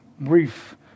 brief